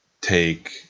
take